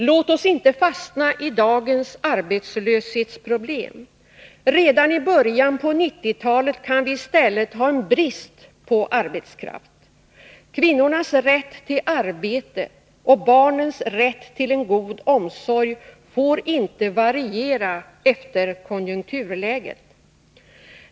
Låt oss inte fastna i dagens arbetslöshetsproblem. Redan i början av 1990-talet kan vi i stället ha en brist på arbetskraft. Kvinnornas rätt till arbete och barnens rätt till en god omsorg får inte variera efter konjunkturläget.